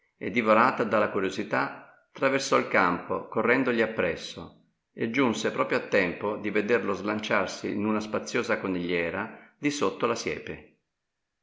e divorata dalla curiosità traversò il campo correndogli appresso e giunse proprio a tempo di vederlo slanciarsi in una spaziosa conigliera di sotto alla siepe